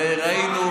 וראינו,